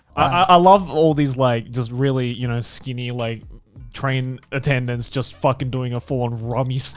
i love all these, like just really, you know, skinny, like train attendants just fucking doing a full-on rummy. so